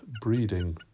breeding